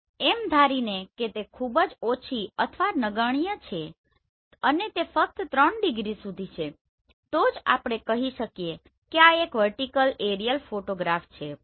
પણ એમ ધારીને કે તે ખૂબ જ ઓછી અથવા નગણ્ય છે અને તે ફક્ત 3 ડિગ્રી સુધી છે તો જ આપણે કહી શકીએ કે આ એક વર્ટીકલ એરિયલ ફોટોગ્રાફ છે